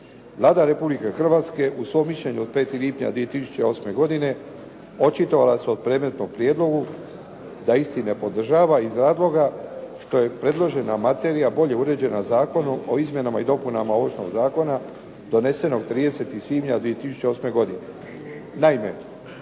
Vlada Republike Hrvatske u svom mišljenju od 5. lipnja 2008. godine očitovala se o predmetnom prijedlogu da isti ne podržava iz razloga što je predložena materija bolje uređena Zakonom o izmjenama i dopunama Ovršnog zakona donesenog 30. svibnja 2008. godine.